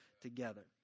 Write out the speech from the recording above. together